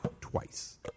twice